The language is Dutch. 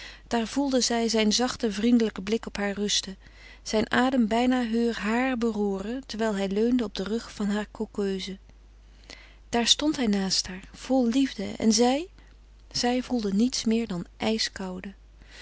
daar voelde zij zijn zachten vriendelijken blik op haar rusten zijn adem bijna heur haar beroeren terwijl hij leunde op den rug van haar causeuse daar stond hij naast haar vol liefde en zij zij voelde niets meer dan ijskoude